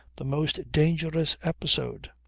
the most dangerous episode.